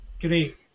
Great